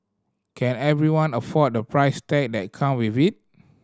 can everyone afford the price tag that come with it